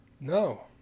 No